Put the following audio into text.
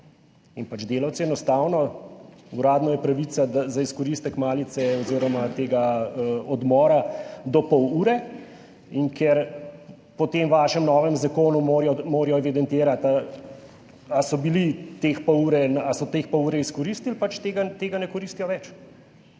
in pač delavci enostavno… Uradno je pravica za izkoristek malice oziroma tega odmora do pol ure in ker po tem vašem novem zakonu morajo evidentirati, ali so te pol ure izkoristili, pač tega ne koristijo več.